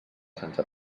sense